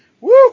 Woo